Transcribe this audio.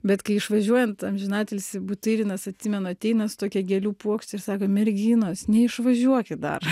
bet kai išvažiuojant amžinatilsį butyrinas atsimena ateina su tokia gėlių puokšte ir sako merginos neišvažiuokit dar